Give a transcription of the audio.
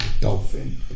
Dolphin